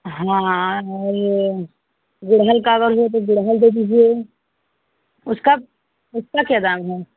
हाँ और यह गुड़हल का अगर हो तो गुड़हल दे दीजिए उसका उसका क्या दाम है